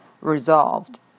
resolved